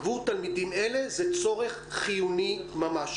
עבור תלמידים אלה זה צורך חיוני ממש.